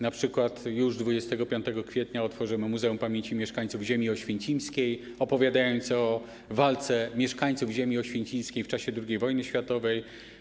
Na przykład już 25 kwietnia otworzymy Muzeum Pamięci Mieszkańców Ziemi Oświęcimskiej opowiadające o walce mieszkańców ziemi oświęcimskiej w czasie II wojny światowej.